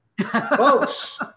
Folks